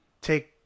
take